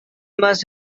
must